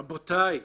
רבותיי,